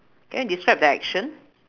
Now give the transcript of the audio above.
can you describe the action